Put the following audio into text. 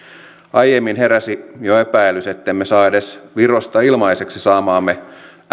aiemmin heräsi jo epäilys ettemme saa edes virosta ilmaiseksi saamaamme